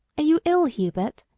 you ill, hubert?